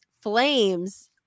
Flames